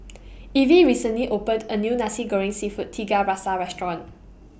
Evie recently opened A New Nasi Goreng Seafood Tiga Rasa Restaurant